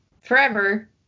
forever